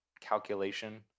calculation